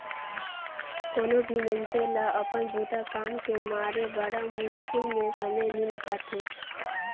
कोनो भी मइनसे ल अपन बूता काम के मारे बड़ा मुस्कुल में समे मिल पाथें